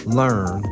learn